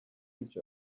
each